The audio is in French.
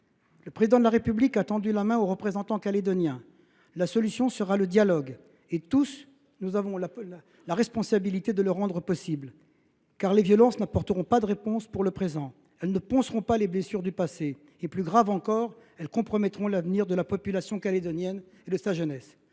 Le Président de la République a tendu la main aux représentants calédoniens. La solution sera le dialogue. Nous avons tous la responsabilité de le rendre possible, car les violences n’apporteront pas de réponse pour le présent, elles ne panseront pas les blessures du passé et, plus grave encore, elles compromettront l’avenir de la population calédonienne et de sa jeunesse.